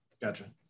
gotcha